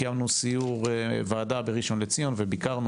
קיימנו סיור ועדה בראשן לציון וביקרנו,